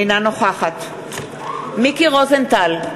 אינה נוכחת מיקי רוזנטל,